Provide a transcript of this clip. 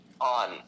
on